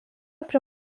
prie